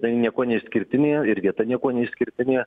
tai niekuo neišskirtinė ir vieta niekuo neišskirtinė